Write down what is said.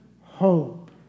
hope